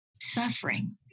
suffering